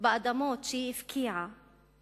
באדמות שהיא הפקיעה